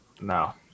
No